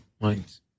minds